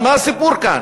מה הסיפור כאן?